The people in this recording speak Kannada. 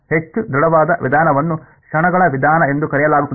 ಆದ್ದರಿಂದ ಹೆಚ್ಚು ದೃಢವಾದ ವಿಧಾನವನ್ನು ಕ್ಷಣಗಳ ವಿಧಾನ ಎಂದು ಕರೆಯಲಾಗುತ್ತದೆ